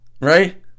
Right